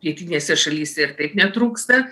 rytinėse šalyse ir taip netrūksta